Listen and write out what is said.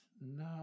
No